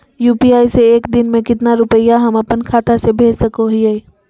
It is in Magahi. यू.पी.आई से एक दिन में कितना रुपैया हम अपन खाता से भेज सको हियय?